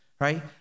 right